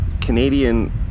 Canadian